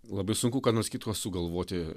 labai sunku ką nors kitko sugalvoti